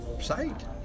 site